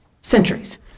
centuries